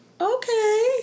Okay